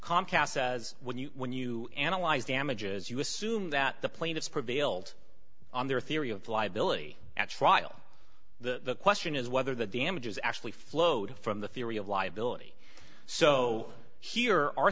comcast says when you when you analyze damages you assume that the plaintiffs prevailed on their theory of liability at trial the question is whether the damages actually flowed from the theory of liability so here our